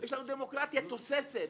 יש לנו דמוקרטיה תוססת.